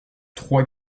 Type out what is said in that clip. trois